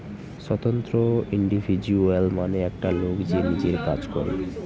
স্বতন্ত্র ইন্ডিভিজুয়াল মানে একটা লোক যে নিজের কাজ করে